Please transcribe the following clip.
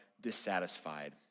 dissatisfied